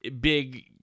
big